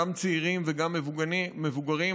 גם צעירים וגם מבוגרים.